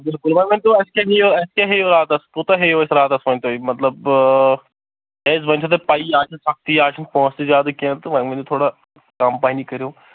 بالکل وۄنۍ ؤنۍ تو اَسہِ کیٛاہ نِیِو اَسہِ کیٛاہ ہیٚیِو راتَس کوٗتاہ ہیٚیِو اَسہِ راتَس وۄنۍ تُہۍ راتَس مطلب کیٛازِ وۄنۍ چھو تۄہہِ پَیی آز چھےٚ سختی آز چھِنہٕ پونٛسہٕ تہِ زیادٕ کینٛہہ تہٕ وۄنۍ ؤنِو تھوڑا کَم پَہنٕے کٔرِو